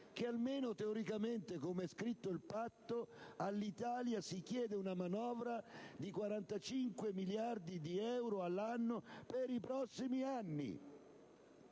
che, almeno teoricamente, per come è scritto il Patto, all'Italia si chiede, sui saldi, una manovra di 45 miliardi di euro l'anno per i prossimi anni?